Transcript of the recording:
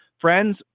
friends